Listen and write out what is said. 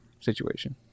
situation